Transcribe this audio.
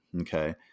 Okay